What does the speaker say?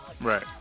right